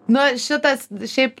nu šitas šiaip